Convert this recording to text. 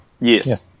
yes